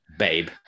Babe